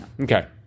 Okay